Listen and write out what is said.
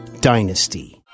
Dynasty